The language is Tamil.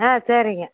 ஆ சரிங்க